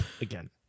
again